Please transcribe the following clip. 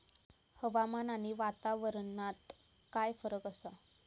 हवामान आणि वातावरणात काय फरक असा?